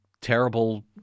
terrible